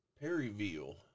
Perryville